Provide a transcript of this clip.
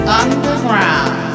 underground